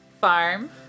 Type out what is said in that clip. farm